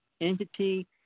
entity